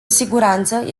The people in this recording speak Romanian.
siguranță